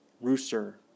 rooster